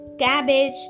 cabbage